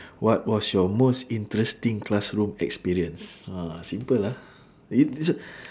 what was your most interesting classroom experience ah simple ah eh this one